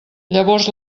llavors